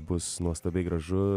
bus nuostabiai gražu